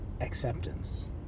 acceptance